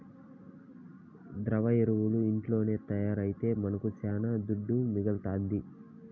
ద్రవ ఎరువులు ఇంట్లోనే తయారైతే మనకు శానా దుడ్డు మిగలుతాది